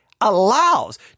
allows